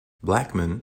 blackman